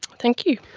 thank you.